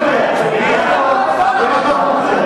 ועדה.